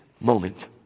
moment